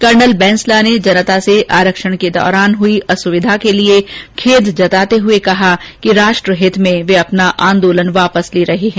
colonel Bainsla ने जनता से आरक्षण आंदोलन के दौरान हुई असुविधा के लिये खेद जताते हुए कहा कि राष्ट्र हित में वे अपना आंदोलन वापस ले रहे है